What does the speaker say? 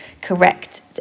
correct